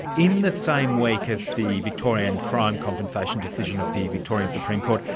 in the same week as the victorian crime compensation decision of the victorian supreme court,